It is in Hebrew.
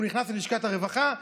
הוא נכנס ללשכת הרווחה,